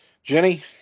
Jenny